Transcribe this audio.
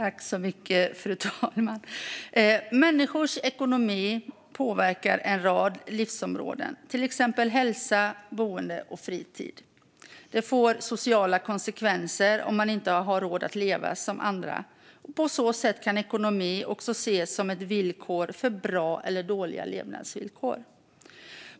Fru talman! Människors ekonomi påverkar en rad livsområden, till exempel hälsa, boende och fritid. Det får sociala konsekvenser om man inte har råd att leva som andra. På så sätt kan ekonomi också ses som ett villkor för bra eller dåliga levnadsvillkor.